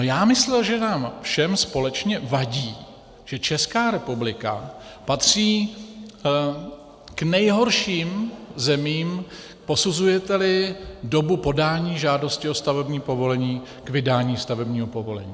Já myslel, že nám všem společně vadí, že Česká republika patří k nejhorším zemím, posuzujeteli dobu podání žádosti o stavební povolení k vydání stavebního povolení.